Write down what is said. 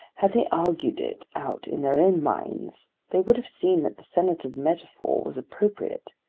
had they argued it out in their own minds, they would have seen that the senator's metaphor was appropriate.